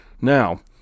Now